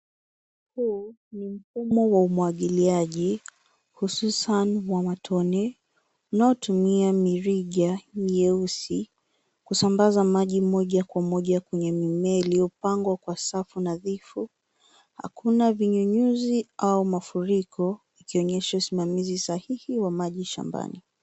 Huu ni mfumo wa umwagiliaji hususan wa matone unaotumia mirija nyeusi kusambaza maji moja kwa moja kwenye mimea iliyopangwa kwa safu nadhifu, hakuna vinyunyuzi au mafuriko, ikionyesha usimamizi sahihi wa maji shambani.